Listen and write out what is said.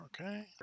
Okay